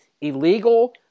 illegal